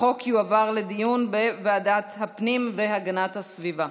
החוק יועבר לדיון בוועדת הפנים והגנת הסביבה.